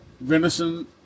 venison